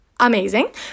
amazing